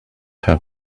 hurt